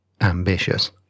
ambitious